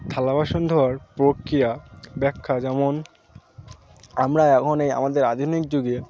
থালা বাসন ধোওয়ার প্রক্রিয়া ব্যাখ্যা যেমন আমরা এখনই আমাদের আধুনিক যুগে